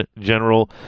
general